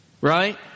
right